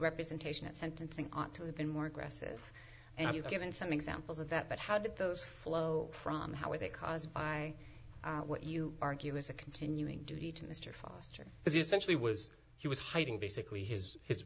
representation at sentencing ought to have been more aggressive and you've given some examples of that but how did those flow from how were they caused by what you argue is a continuing duty to mr foster is essentially was he was hiding basically his